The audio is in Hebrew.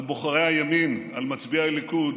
על בוחרי הימין, על מצביעי הליכוד,